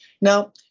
Now